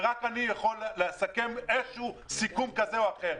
ורק אני יכול לסכם איזשהו סיכום כזה או אחר.